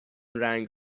رنگ